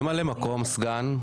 ממלא מקום, סגן.